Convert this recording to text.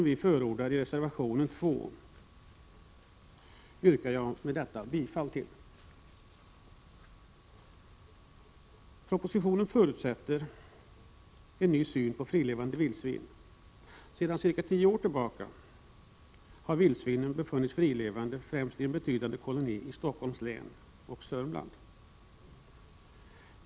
Vi förordar i reservation 2 en översyn, och jag yrkar härmed bifall till reservation 2. Propositionen förutsätter en ny syn på frilevande vildsvin. Sedan cirka tio år tillbaka har vildsvin funnits frilevande, främst i en betydande koloni i Stockholms län och Sörmland.